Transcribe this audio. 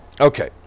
Okay